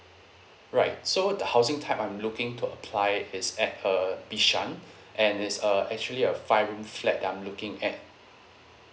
right so the housing type I'm looking to apply is at uh bishan and it's uh actually a five room flat that I'm looking at